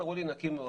אמרו לי: נקי מאוד.